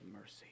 mercy